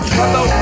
hello